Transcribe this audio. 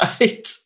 Right